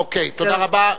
אוקיי, תודה רבה.